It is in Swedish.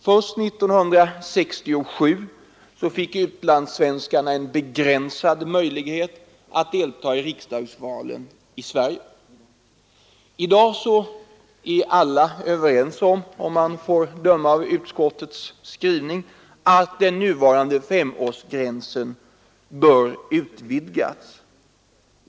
Först 1967 fick utlandssvenskarna en begränsad möjlighet att delta i riksdagsvalen i Sverige. I dag är alla överens om — att döma av utskottets skrivning — att den nuvarande femårsgränsen bör utvidgas.